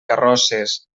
carrosses